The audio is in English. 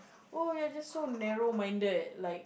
oh ya just so narrow minded like